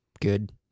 good